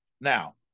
Now